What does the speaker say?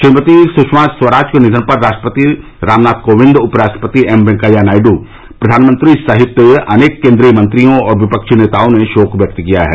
श्रीमती सुषमा स्वराज के निधन पर राष्ट्रपति रामनाथ कोविंद उपराष्ट्रपति एम वैकेया नायडू प्रधानमंत्री सहित अनेक केन्द्रीय मंत्रियों और विपक्षी नेताओं ने शोक व्यक्त किया है